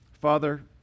Father